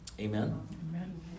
Amen